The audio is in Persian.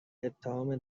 اتهام